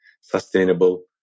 sustainable